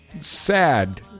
sad